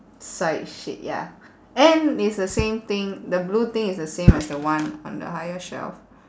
side shit ya and it's the same thing the blue thing is the same as the one on the higher shelf